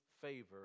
favor